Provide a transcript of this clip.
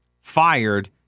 fired